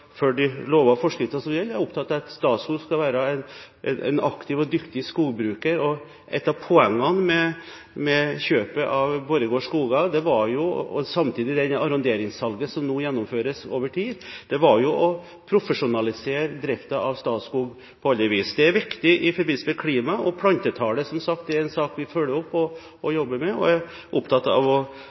de lover og forskrifter som gjelder, og jeg er opptatt av at Statskog skal være en aktiv og dyktig skogbruker. Et av poengene med kjøpet av Borregaard Skoger – og samtidig det arronderingssalget som nå gjennomføres over tid – var å profesjonalisere driften av Statskog på alle vis. Det er viktig i forbindelse med klima, og plantetallet er som sagt en sak vi følger opp og jobber med, og vi er opptatt av å